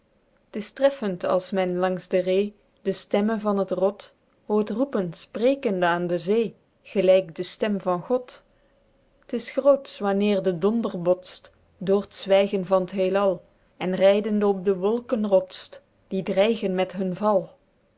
is treffend als men langs de ree de stemme van het rot hoort roepen sprekende aen de zee gelyk de stem van god t is grootsch wanneer de donder botst dr t zwygen van t heelal en rydende op de wolken rotst die dreigen met hun val